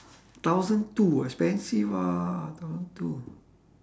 thousand two expensive ah thousand two